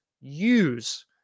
use